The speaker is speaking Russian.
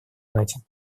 ноте